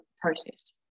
process